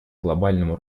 глобальному